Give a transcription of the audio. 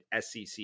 SEC